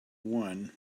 one